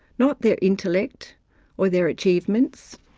not their intellect or their achievements.